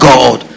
God